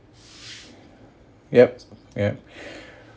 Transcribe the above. yup yup